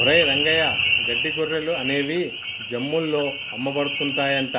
ఒరేయ్ రంగయ్య గడ్డి గొర్రెలు అనేవి జమ్ముల్లో అమ్మబడుతున్నాయంట